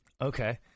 Okay